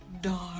dark